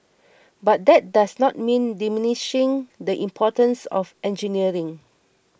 but that does not mean diminishing the importance of engineering